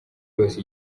yose